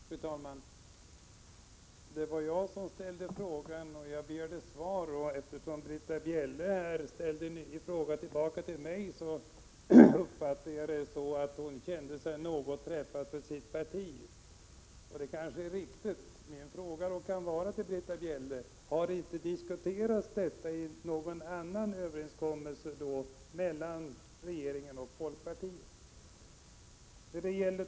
Fru talman! Det var jag som ställde frågan och begärde svar. Eftersom Britta Bjelle ställde en fråga tillbaka till mig uppfattade jag det som att hon kände sig träffad på sitt partis vägnar — och det är kanske riktigt. Min fråga till Britta Bjelle kan då vara: Har inte någon annan överenskommelse mellan regeringen och folkpartiet diskuterats?